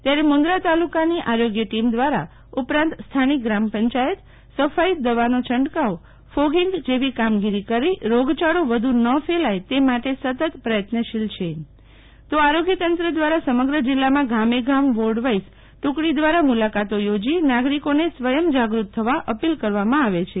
ત્યારે મુન્દ્રા તાલુકાની આરોગ્ય ટીમ દ્વારા ઉપરાંત સ્થાનિક ગ્રામ પંચાયત સફાઈ દવાઓ છંટકાવ ફોગિગ જેવી કામગીરી કરી રોગયાળો વધુ ન ફેલાય તે માટે સતત પ્રર્થન્તશીલ છે તો આરોગ્યતંત્ર દ્વારા સમગ્ર જીલ્લામાં ગામે ગામ વોર્ડ વોર્ડન ટુકડી દ્વારા મુલાકાતો યોજી નાગરિકોને સ્વયં જાગૃત થવા અપીલ કરવામાં આવે છે